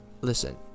Listen